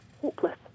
hopeless